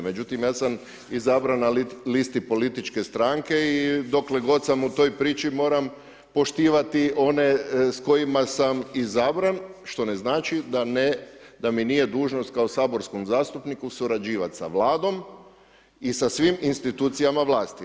Međutim, ja sam izabran na listi političke stranke i dokle god sam u toj priči moram poštivati one s kojima sam izabran što ne znači da mi nije dužnost kao saborskom zastupniku surađivati s Vladom i sa svim institucijama vlasti.